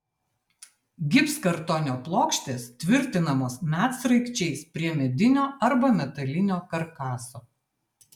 gipskartonio plokštės tvirtinamos medsraigčiais prie medinio arba metalinio karkaso